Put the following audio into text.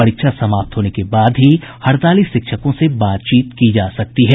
परीक्षा समाप्त होने के बाद ही हड़ताली शिक्षकों से बातचीत की जा सकती है